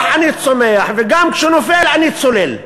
אני צונח וגם כשהוא נופל אני צולל.